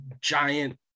giant